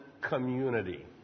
community